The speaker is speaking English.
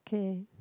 kay